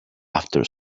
after